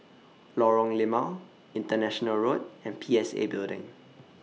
Lorong Limau International Road and P S A Building